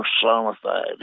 personified